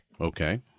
Okay